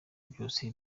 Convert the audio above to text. byose